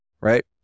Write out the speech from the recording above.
right